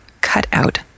cutout